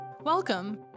Welcome